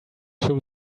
show